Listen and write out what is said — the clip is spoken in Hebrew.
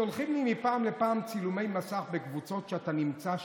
שולחים לי מפעם לפעם צילומי מסך בקבוצות שאתה נמצא בהן.